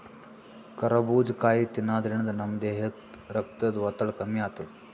ಕರಬೂಜ್ ಕಾಯಿ ತಿನ್ನಾದ್ರಿನ್ದ ನಮ್ ದೇಹದ್ದ್ ರಕ್ತದ್ ಒತ್ತಡ ಕಮ್ಮಿ ಆತದ್